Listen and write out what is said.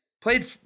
Played